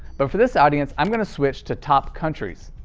but for this audience i'm gonna switch to top countries.